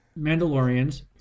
mandalorians